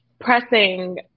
pressing